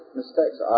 mistakes